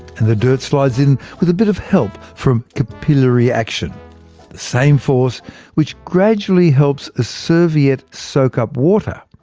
and the dirt slides in with a bit of help from capillary action the same force which gradually helps a serviette soak up water,